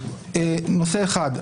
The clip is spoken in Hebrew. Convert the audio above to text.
נושא אחד,